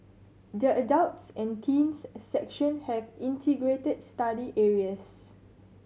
the adults and teens section have integrated study areas